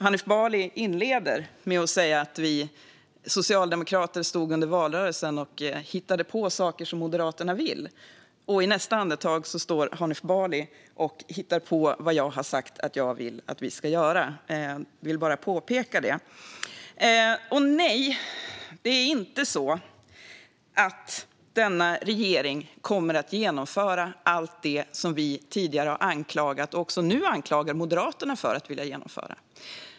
Hanif Bali inleder med att säga att vi socialdemokrater under valrörelsen stod och hittade på saker som Moderaterna vill, och i nästa andetag står Hanif Bali och hittar på vad jag har sagt att jag vill att vi ska göra. Jag vill bara påpeka det. Nej, det är inte så att denna regering kommer att genomföra allt det som vi tidigare har anklagat och också nu anklagar Moderaterna för att vilja genomföra.